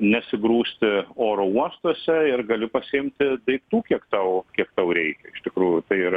nesigrūsti oro uostuose ir gali pasiimti daiktų kiek tau kiek tau reikia iš tikrųjų tai yra